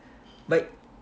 but